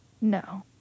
No